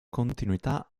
continuità